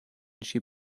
she